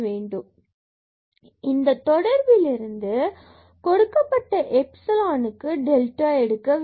xy2x|y|xy2x2y22δϵ இந்த தொடர்பிலிருந்து கொடுக்கப்பட்ட எப்சிலான் epsilon க்கு delta எடுக்க வேண்டும்